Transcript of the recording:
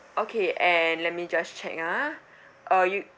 okay and let me just check ah uh you